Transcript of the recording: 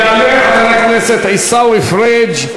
יעלה חבר הכנסת עיסאווי פריג',